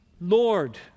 Lord